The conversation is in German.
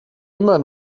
immer